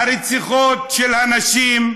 הרציחות של נשים,